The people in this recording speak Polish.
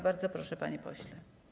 Bardzo proszę, panie pośle.